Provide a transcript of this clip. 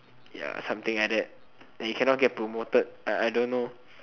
ya something like that and you cannot get promoted uh I don't know